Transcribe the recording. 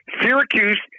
Syracuse